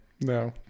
No